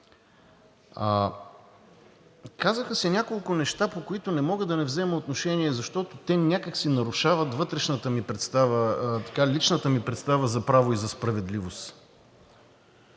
Казаха се няколко неща, по които не мога да не взема отношение, защото те някак си нарушават вътрешната ми представа, личната ми представа за право и за справедливост,